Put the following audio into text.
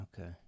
Okay